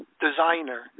designer